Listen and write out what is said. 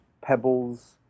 pebbles